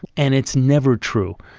and it's never true.